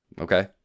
Okay